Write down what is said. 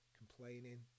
complaining